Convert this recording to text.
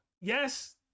Yes